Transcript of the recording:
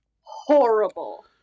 horrible